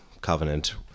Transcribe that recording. covenant